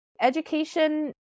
education